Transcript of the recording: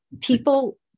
people